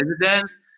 residence